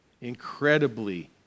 Incredibly